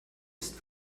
ist